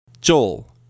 Joel